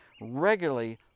regularly